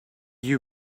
you